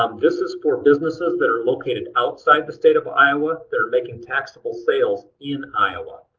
um this is for businesses that are located outside the state of iowa that are making taxable sales in iowa.